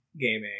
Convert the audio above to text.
gaming